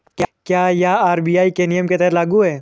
क्या यह आर.बी.आई के नियम के तहत लागू है?